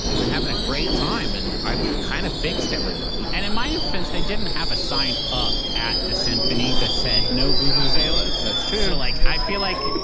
and having a great time. and, i kind of fixed everybody and, in my defense, they didn't have a sign up at the symphony that said, no vuvuzelas. that's true so, like i feel like,